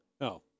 No